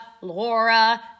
Laura